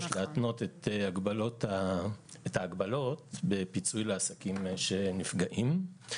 להתנות את ההגבלות בפיצוי לעסקים שנפגעים.